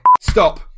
stop